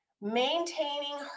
maintaining